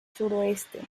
suroeste